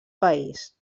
país